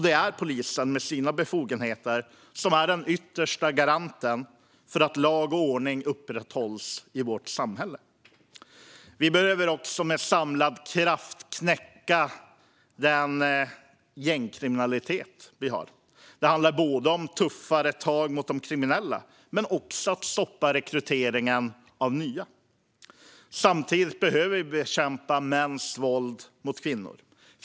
Det är polisen med sina befogenheter som är den yttersta garanten för att lag och ordning upprätthålls i vårt samhälle. Vi behöver också med samlad kraft knäcka gängkriminaliteten. Det handlar både om tuffare tag mot de kriminella och om att stoppa rekryteringen av unga. Samtidigt behöver vi bekämpa mäns våld mot kvinnor.